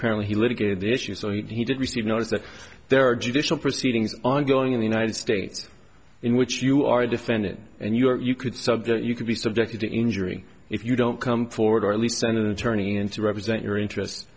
apparently he litigated the issue so he did receive notice that there are judicial proceedings ongoing in the united states in which you are a defendant and you are you could you could be subjected to injury if you don't come forward or at least send an attorney in to represent your interest